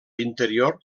interior